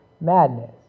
madness